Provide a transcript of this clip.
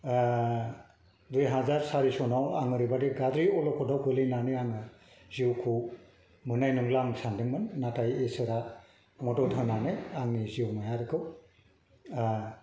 दुइ हाजार सारि सनआव आं ओरैबादि गाज्रि अल'खदाव गोलैनानै आङो जिउखौ मोननाय नंला आं सान्दोंमोन नाथाय ईसोरा मदद होनानै आंनि जिउमायारिखौ